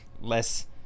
less